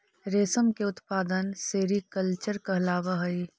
रेशम के उत्पादन सेरीकल्चर कहलावऽ हइ